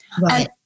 Right